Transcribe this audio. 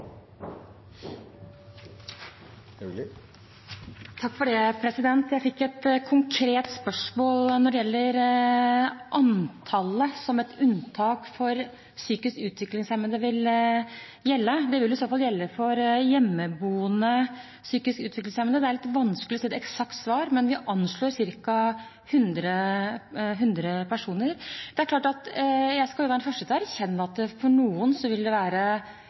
Jeg fikk et konkret spørsmål når det gjelder antallet psykisk utviklingshemmede unntaket vil gjelde. Det vil i så fall gjelde for hjemmeboende psykisk utviklingshemmede. Det er litt vanskelig å gi et eksakt svar, men vi anslår ca. 100 personer. Jeg skal være den første til å erkjenne at for noen vil det oppleves som en innstramming at man setter en absolutt aldersgrense. Samtidig har vi ment at det